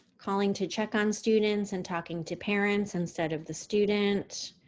calling to check on students, and talking to parents instead of the student.